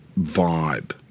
vibe